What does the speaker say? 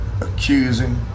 accusing